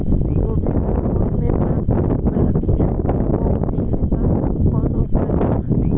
गोभी के फूल मे बड़ा बड़ा कीड़ा हो गइलबा कवन उपाय बा?